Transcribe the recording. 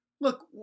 Look